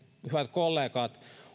kollegat